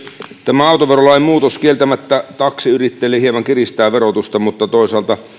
tämä autoverolain muutos kieltämättä taksiyrittäjille hieman kiristää verotusta mutta toisaalta